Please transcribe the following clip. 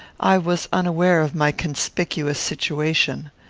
i was unaware of my conspicuous situation.